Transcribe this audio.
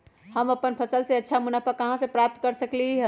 हम अपन फसल से अच्छा मुनाफा कहाँ से प्राप्त कर सकलियै ह?